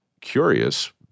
curious